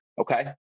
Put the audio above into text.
okay